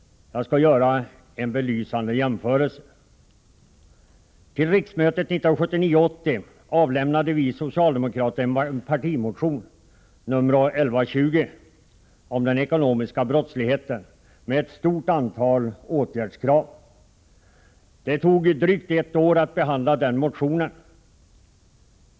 Jag skall göra en belysande jämförelse. Till riksmötet 1979/80 avlämnade vi socialdemokrater en partimotion — nr 1120—-om den ekonomiska brottsligheten, med ett stort antal åtgärdskrav. Det tog drygt ett år att behandla den motionen.